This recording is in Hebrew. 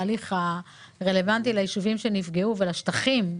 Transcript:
התאריך שרלוונטי ליישובים שנפגעו ולשטחים.